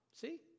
See